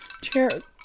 Cheers